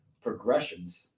progressions